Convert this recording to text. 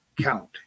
count